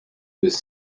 whose